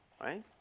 Right